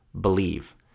believe